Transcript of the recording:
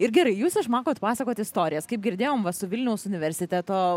ir gerai jūs išmokot pasakot istorijas kaip girdėjom va su vilniaus universiteto